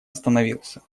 остановился